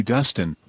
Dustin